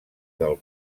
del